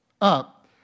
up